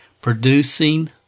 Producing